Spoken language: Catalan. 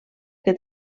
que